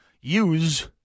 use